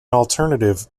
alternative